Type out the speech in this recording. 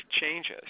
changes